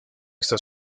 esta